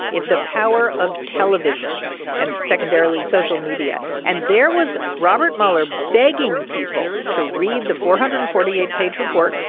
it's the power of television and, secondarily, social media. and there was robert mueller begging people to read the four hundred and forty eight page report.